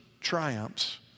triumphs